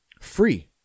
free